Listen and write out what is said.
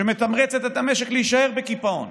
שמתמרצת את המשק להישאר בקיפאון.